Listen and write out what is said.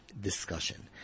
discussion